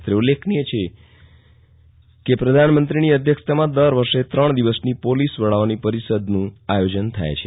અત્રે ઉલ્લેખનીય છે કે પધાનમં ત્રીની અધ્યક્ષતામાં દર વષ ત્રણ દિવસની પોલીસ વડાઓની પરિષદનું આયોજન થાય છે